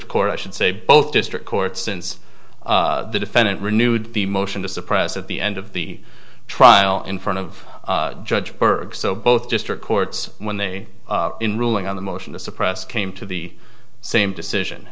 district court i should say both district court since the defendant renewed the motion to suppress at the end of the trial in front of judge berg so both district courts when they in ruling on the motion to suppress came to the same decision